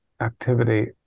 activity